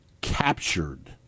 captured